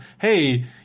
hey